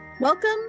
Welcome